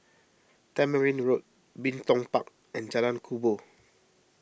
Tamarind Road Bin Tong Park and Jalan Kubor